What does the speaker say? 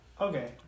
Okay